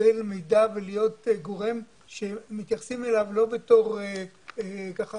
לקבל מידע ולהיות גורם שמתייחסים אליו לא בתור תופעה.